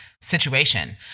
situation